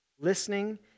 Listening